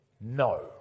no